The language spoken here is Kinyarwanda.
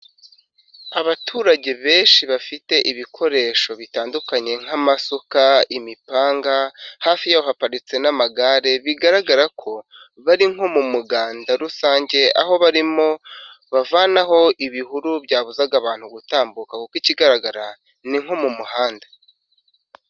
Abaturage benshi bafite ibikoresho bitandukanye nk'amasuka, imipana, hafi yaho haparitse n'amagare, bigaragara ko bari nko mu muganda rusange, aho barimo bavanaho ibihuru byabuzaga abantu gutambuka, kuko ikigaragara ni nko mu muhanda.